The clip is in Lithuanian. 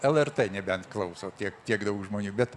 lrt nebent klauso tiek tiek daug žmonių bet